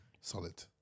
Solid